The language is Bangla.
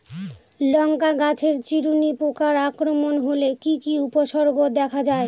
লঙ্কা গাছের চিরুনি পোকার আক্রমণ হলে কি কি উপসর্গ দেখা যায়?